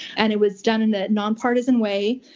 and it was done in a non-partisan way,